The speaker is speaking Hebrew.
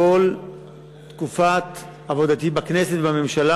כל תקופת עבודתי בכנסת ובממשלה,